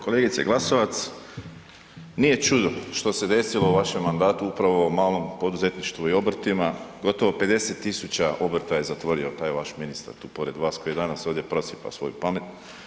Kolegice Glasovac, nije čudo što se desilo u vašem mandatu upravo u malom poduzetništvu i obrtima, gotovo 50 tisuća obrta je zatvorio taj vaš ministar tu pored vas koji danas ovdje prosipa svoju pamet.